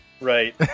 Right